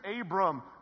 Abram